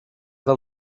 del